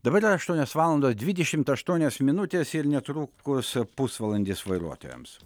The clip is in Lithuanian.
dabar yra aštuonios valandos dvidešimt aštuonios minutės ir netrukus pusvalandis vairuotojams